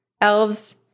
Elves